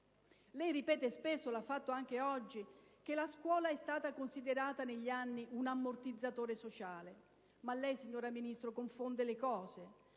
Lei ripete spesso - lo ha fatto anche oggi - che la scuola è stata considerata negli anni un ammortizzatore sociale. Ma lei, signora Ministro, confonde le cose: